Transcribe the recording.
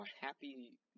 Happy